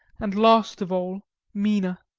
and last of all mina!